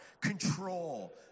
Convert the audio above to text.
control